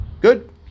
Good